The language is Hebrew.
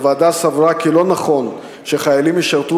הוועדה סברה כי לא נכון שחיילים ישרתו